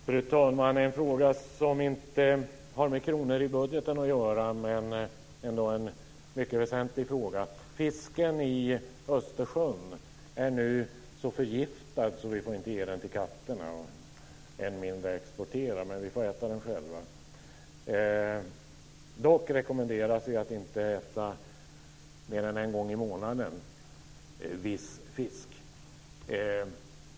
Fru talman! Jag har en fråga som inte har med kronor i budgeten att göra men som ändå är en mycket väsentlig fråga. Fisken i Östersjön är nu så förgiftad att vi inte får ge den till katterna och än mindre exportera den, men vi får äta den själva. Dock rekommenderas vi att inte äta viss fisk mer än en gång i månaden.